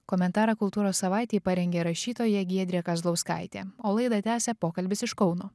komentarą kultūros savaitei parengė rašytoja giedrė kazlauskaitė o laidą tęsia pokalbis iš kauno